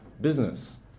business